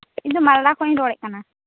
ᱤᱧᱫᱚ ᱢᱟᱞᱫᱟ ᱠᱷᱚᱱᱤᱧ ᱨᱚᱲᱮᱫ ᱠᱟᱱᱟ